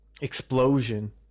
explosion